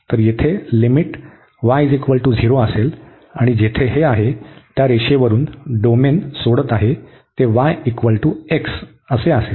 तर येथे limit y0 असेल आणि जेथे हे आहे त्या रेषेवरून डोमेन सोडत आहे ते yx असेल